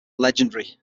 legendary